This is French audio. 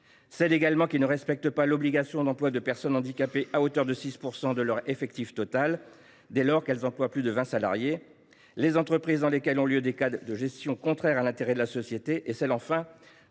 celles qui ne respectent pas l’obligation d’emploi de personnes handicapées à hauteur de 6 % de leur effectif total, dès lors qu’elles emploient plus de 20 salariés ; celles dans lesquelles ont lieu des cas d’actes de gestion contraires à l’intérêt de la société ; enfin,